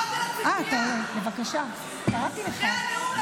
בבקשה, קראתי לך.